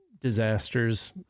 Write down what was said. disasters